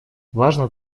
важно